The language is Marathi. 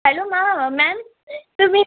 हॅलो मॅम हा मॅम तुम्ही